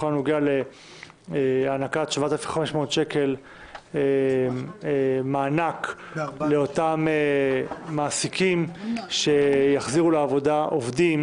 בכל הנוגע להענקת 7,500 שקל מענק לאותם מעסיקים שיחזירו לעבודה עובדים,